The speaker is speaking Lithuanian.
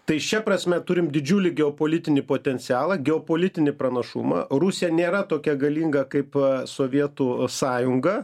tai šia prasme turim didžiulį geopolitinį potencialą geopolitinį pranašumą rusija nėra tokia galinga kaip sovietų sąjunga